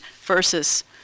versus